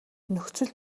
нөхцөл